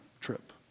trip